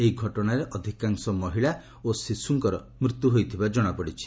ଏହି ଘଟଣାରେ ଅଧିକାଂଶ ମହିଳା ଶିଶୁଙ୍କର ମୃତ୍ୟୁ ହୋଇଥିବା କଣାପଡ଼ିଛି